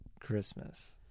Christmas